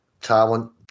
talent